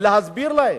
ולהסביר להם.